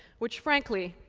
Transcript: which frankly,